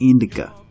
Indica